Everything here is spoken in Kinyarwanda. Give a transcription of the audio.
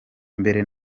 mbere